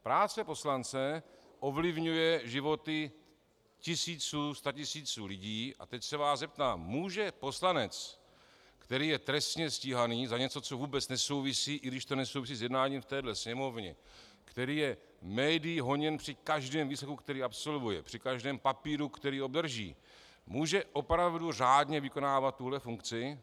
Práce poslance ovlivňuje životy tisíců, statisíců lidí a teď se vás zeptám: Může poslanec, který je trestně stíhán za něco, co vůbec nesouvisí, i když to nesouvisí s jednáním v téhle Sněmovně, který je médii honěn při každém výslechu, který absolvuje, při každém papíru, který obdrží, může opravdu řádně vykonávat tuhle funkci?